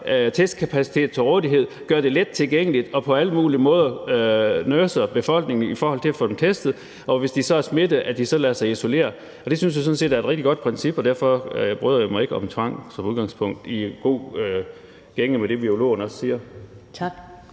testkapacitet til rådighed og gør det let tilgængeligt og nurser på alle mulige måder befolkningen i forhold til at få dem testet, også i forhold til at de, hvis de er smittet, så lader sig isolere. Det synes jeg sådan set er et rigtig godt princip, og derfor bryder jeg mig som udgangspunkt ikke om tvang – også i god gænge med det, virologerne siger. Kl.